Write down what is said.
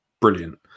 brilliant